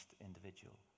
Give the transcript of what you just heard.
individual